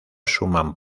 suman